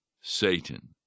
Satan